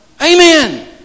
Amen